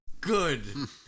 Good